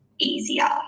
easier